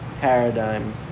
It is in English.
paradigm